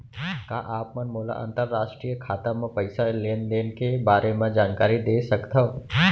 का आप मन मोला अंतरराष्ट्रीय खाता म पइसा लेन देन के बारे म जानकारी दे सकथव?